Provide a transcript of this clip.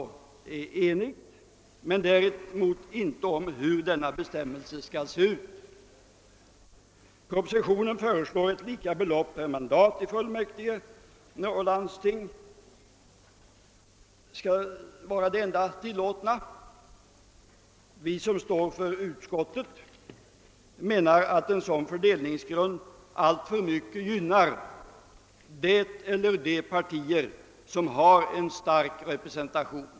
Däremot råder det inte enighet om hur bestämmelserna skall vara utformade. I propositionen föreslås att lika belopp per mandat i fullmäktige och landsting skall vara det enda tillåtna. Vi som står för utskottets förslag menar att en sådan fördelningsgrund alltför mycket gynnar det eller de partier som har en stark representation.